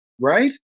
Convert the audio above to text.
Right